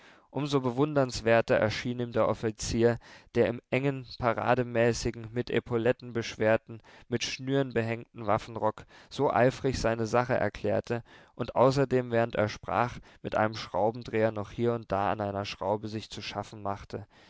so bewundernswerter erschien ihm der offizier der im engen parademäßigen mit epauletten beschwerten mit schnüren behängten waffenrock so eifrig seine sache erklärte und außerdem während er sprach mit einem schraubendreher noch hier und da an einer schraube sich zu schaffen machte